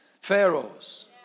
pharaohs